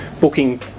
booking